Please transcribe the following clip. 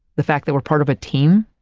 the fact that we're part of a team,